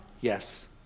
Yes